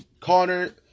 Connor